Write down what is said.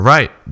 Right